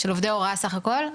של עובדי ההוראה בסך הכל,